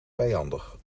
vijandig